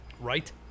right